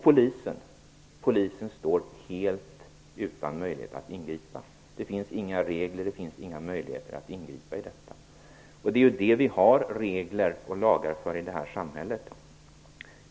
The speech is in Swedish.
Polisen står helt utan möjligheter att ingripa. Det finns inga regler. Det är ju för detta som vi har regler och lagar i vårt samhälle.